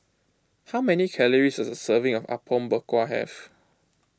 how many calories does a serving of Apom Berkuah have